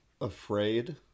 afraid